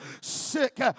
sick